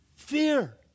fear